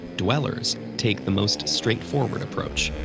dwellers, take the most straightforward approach,